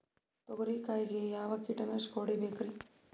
ತೊಗರಿ ಕಾಯಿಗೆ ಯಾವ ಕೀಟನಾಶಕ ಹೊಡಿಬೇಕರಿ?